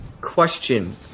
question